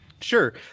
Sure